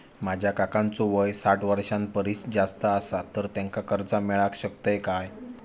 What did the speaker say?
माझ्या काकांचो वय साठ वर्षां परिस जास्त आसा तर त्यांका कर्जा मेळाक शकतय काय?